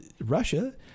Russia